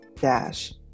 dash